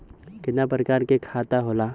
कितना प्रकार के खाता होला?